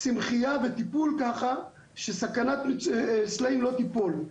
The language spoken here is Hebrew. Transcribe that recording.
צמחיה וטיפול ככה שסכנת סלעים לא תיפול.